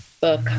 book